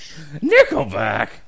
Nickelback